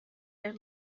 their